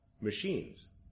machines